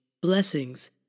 Blessings